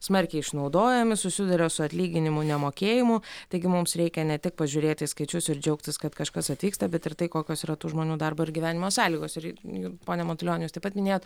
smarkiai išnaudojami susiduria su atlyginimų nemokėjimu taigi mums reikia ne tik pažiūrėt į skaičius ir džiaugtis kad kažkas atvyksta bet ir tai kokios yra tų žmonių darbo ir gyvenimo sąlygos ir jų pone matulioni jūs taip pat minėjot